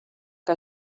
que